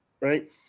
right